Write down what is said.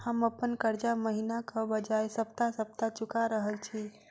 हम अप्पन कर्जा महिनाक बजाय सप्ताह सप्ताह चुका रहल छि